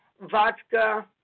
vodka